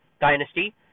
Dynasty